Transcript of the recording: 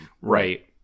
Right